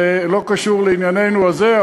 זה לא קשור לענייננו הזה,